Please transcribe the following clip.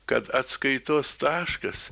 kad atskaitos taškas